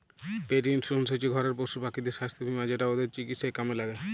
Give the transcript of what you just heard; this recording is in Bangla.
পেট ইন্সুরেন্স হচ্যে ঘরের পশুপাখিদের সাস্থ বীমা যেটা ওদের চিকিৎসায় কামে ল্যাগে